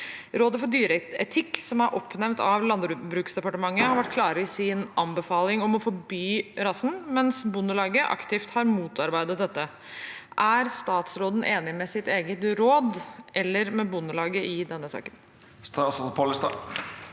Rådet for dyreetikk, som er oppnevnt av Landbruksdepartementet, har vært klare i sin anbefaling om å forby rasen, mens Bondelaget aktivt har motarbeidet dette. Er statsråden enig med sitt eget råd eller med Bondelaget i denne saken?»